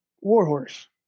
Warhorse